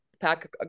pack